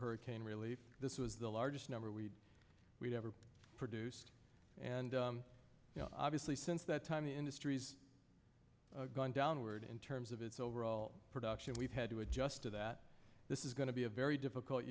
hurricane relief this is the largest number we will ever produce and you know obviously since that time the industry's gone downward in terms of its overall production we've had to adjust to that this is going to be a very difficult